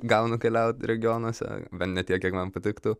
gaunu keliaut regionuose bet ne tiek kiek man patiktų